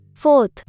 Fourth